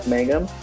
Mangum